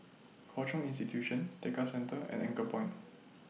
Hwa Chong Institution Tekka Centre and Anchorpoint